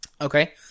Okay